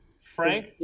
Frank